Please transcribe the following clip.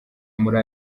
muri